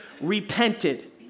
repented